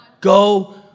Go